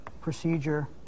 procedure